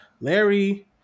Larry